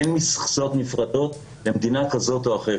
אין מכסות נפרדות למדינה כזאת או אחרת.